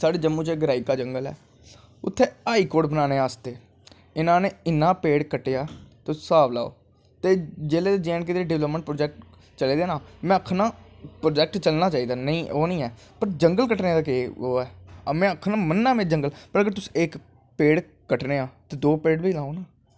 साढ़े जम्मू चइर राईका जंगल ऐ उत्थें हाई कोर्ट बनानें आस्ते इनां ने इन्नां पेड़ कट्टेा तुस हिसाव लाओ ते जिसलै दे जम्मू च डैवलपमैंट दे प्रोजैक्ट चला दे ना में आक्खा ना प्रोजैक्ट चलनां चाही दा ओह्नी ऐ पर जंगल कट्टनें दा केह् ओह् ऐ में आक्खा ना मन्नना में इक पेड़ कट्टनां दो पेड़ बी लाओ ना